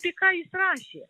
apie ką jis rašė